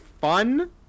fun